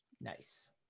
Nice